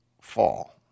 fall